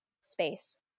space